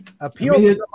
appeal